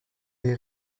vie